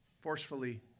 forcefully